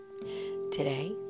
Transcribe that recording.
Today